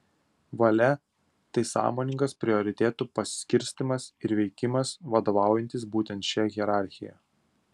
valia tai sąmoningas prioritetų paskirstymas ir veikimas vadovaujantis būtent šia hierarchija